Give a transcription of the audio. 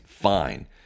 fine